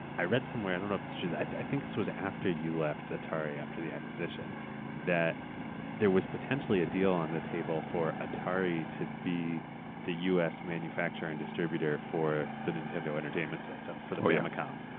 i read somewhere, i don't know if it's true, i think this was after you left atari after the acquisition that there was potentially a deal on the table for atari to be the us manufacturer and distributor for the nintendo entertainment system for the famicom.